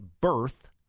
birth